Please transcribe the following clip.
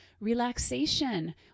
relaxation